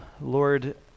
Lord